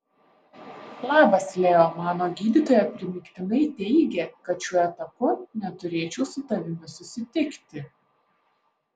labas leo mano gydytoja primygtinai teigia kad šiuo etapu neturėčiau su tavimi susitikti